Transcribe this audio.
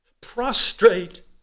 prostrate